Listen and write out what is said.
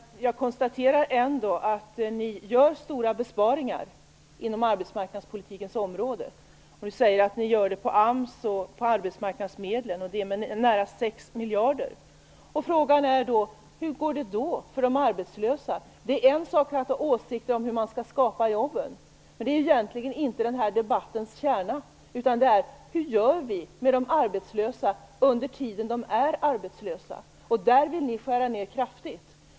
Jag konstaterar ändå att ni gör stora besparingar på arbetsmarknadspolitikens område. Ni säger att ni gör det på AMS och arbetsmarknadsmedlen, och med nära 6 miljarder. Hur går det då för de arbetslösa? Det är en sak att ha åsikter om hur man skall skapa jobben. Men det är egentligen inte den här debattens kärna, utan det är: Hur gör vi med de arbetslösa under den tid de är arbetslösa? Där vill ni skära ned kraftigt.